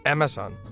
Amazon